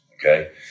Okay